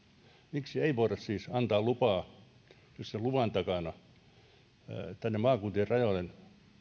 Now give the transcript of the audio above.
miksi ei voida siis antaa päivystyslupaa jos se on luvan takana maakuntien rajojen